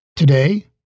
Today